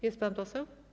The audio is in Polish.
Jest pan poseł?